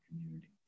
community